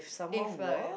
if like